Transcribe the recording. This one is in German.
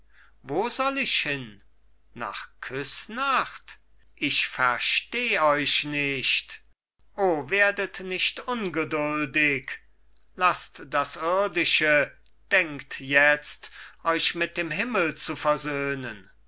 wo soll ich hin nach küssnacht ich versteh euch nicht o werdet nicht ungeduldig lasst das irdische denkt jetzt euch mit dem himmel zu versöhnen